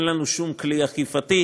אין לנו שום כלי אכיפתי.